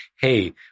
Hey